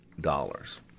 dollars